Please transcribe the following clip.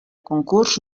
concurs